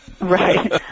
Right